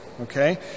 Okay